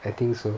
I think so